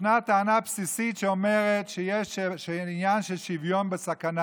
ישנה טענה בסיסית שאומרת שיש עניין של שוויון בסכנה.